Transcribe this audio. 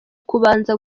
kubanza